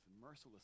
merciless